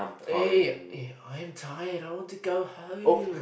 eh I'm tired I want to go home